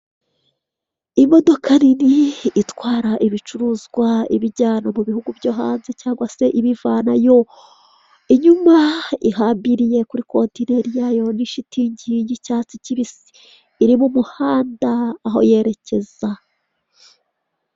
Imodoka nini itwara ibicuruzwa ibijyana mu bihugu byo hanze cyangwa se ibivanayo, inyuma ihambiriye kuri kotineri yayo n'ishitingi y'icyatsi kibisi. iri mu muhanda aho yerekeza.